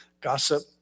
gossip